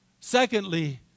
Secondly